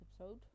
episode